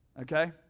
okay